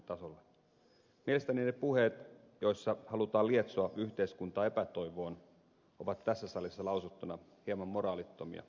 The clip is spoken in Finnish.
mielestäni ne puheet joissa halutaan lietsoa yhteiskuntaa epätoivoon ovat tässä salissa lausuttuina hieman moraalittomia